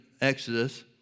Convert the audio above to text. Exodus